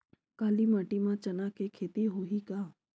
काली माटी म चना के खेती होही का?